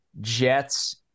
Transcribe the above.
Jets